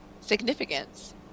significance